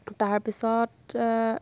swimming